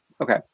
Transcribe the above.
Okay